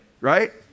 right